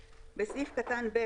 (1)בסעיף קטן (ב),